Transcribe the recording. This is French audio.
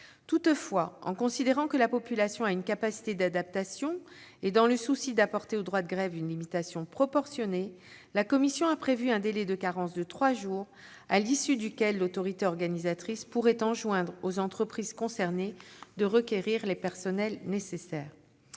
Toutefois, considérant que la population a une capacité d'adaptation, et dans le souci d'apporter au droit de grève une limitation proportionnée, la commission a prévu un délai de carence de trois jours, à l'issue duquel l'autorité organisatrice de transports pourrait enjoindre aux entreprises concernées de requérir les personnels nécessaires.